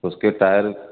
اس کے ٹائر